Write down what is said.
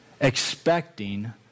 expecting